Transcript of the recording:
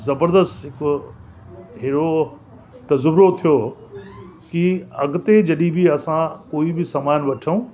ज़बरदस्त हिकु हेड़ो तज़ुर्बो थियो कि अॻिते जॾहिं बि असां कोई बि सामान वठूं